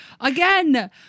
again